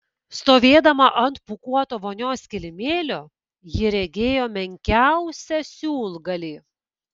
stovėdama ant pūkuoto vonios kilimėlio ji regėjo menkiausią siūlgalį